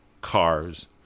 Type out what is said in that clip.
cars